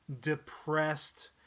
depressed